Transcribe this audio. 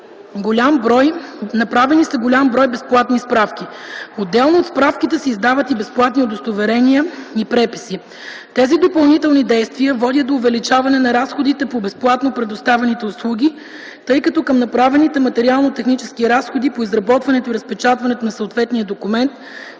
Направени са голям брой безплатни справки. Отделно от справките се издават и безплатни удостоверения и преписи. Тези допълнителни действия водят до увеличаване на разходите по безплатно предоставените услуги, тъй като към направените материално-технически разходи по изработването и разпечатването на съответния документ